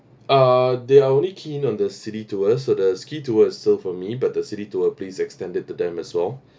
uh they are only keen on the city tours so the ski tour is still for me but the city tour please extend it to them as well